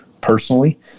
personally